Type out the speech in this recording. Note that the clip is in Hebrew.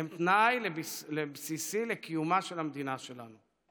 הם תנאי בסיסי לקיומה של המדינה שלנו.